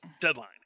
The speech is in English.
deadline